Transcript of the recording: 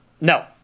No